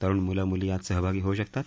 तरुण मुलं मुली यात सहभागी होऊ शकतात